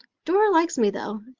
dora likes me though,